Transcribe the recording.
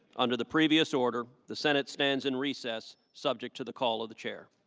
under the previous order, the senate stands in recess, subject to the call of the chair.